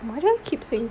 why do I keep saying